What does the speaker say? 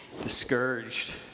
discouraged